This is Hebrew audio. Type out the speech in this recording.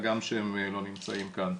גם כשהם לא נמצאים כאן.